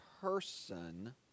person